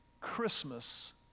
Christmas